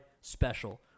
special